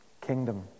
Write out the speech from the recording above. kingdom